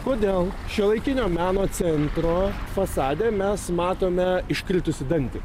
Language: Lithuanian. kodėl šiuolaikinio meno centro fasade mes matome iškritusį dantį